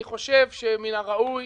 אני חושב שמן הראוי